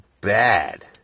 bad